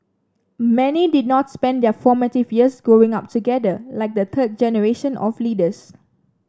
many did not spend their formative years Growing Up together like the third generation of leaders